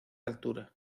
altura